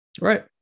Right